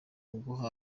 uguha